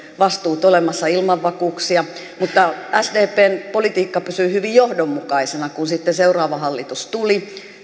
vastuut olemassa ilman vakuuksia mutta sdpn politiikka pysyy hyvin johdonmukaisena kun sitten seuraava hallitus tuli